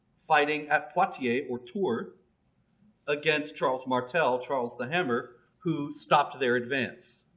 fighting at poitiers or tours against charles martel, charles the hammer, who stopped their advance.